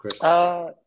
Chris